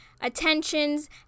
attentions